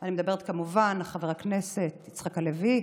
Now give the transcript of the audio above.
אני מדברת כמובן על חבר הכנסת מאיר יצחק הלוי.